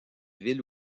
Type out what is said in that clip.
villes